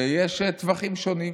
שיש טווחים שונים.